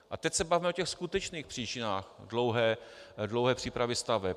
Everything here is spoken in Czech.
A teď se bavme o těch skutečných příčinách dlouhé přípravy staveb.